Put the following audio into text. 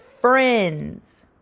friends